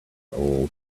old